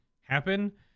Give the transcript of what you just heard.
happen